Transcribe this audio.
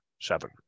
Seven